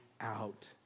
out